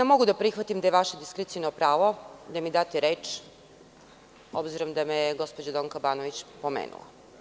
Mogu da prihvatim da je vaše diskreciono pravo da mi date reč, obzirom da me je gospođa Donka Banović pomenula.